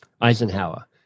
Eisenhower